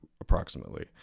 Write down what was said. approximately